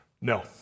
No